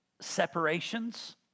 separations